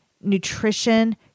nutrition